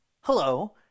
Hello